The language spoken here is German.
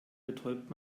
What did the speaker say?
betäubt